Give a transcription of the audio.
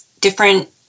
different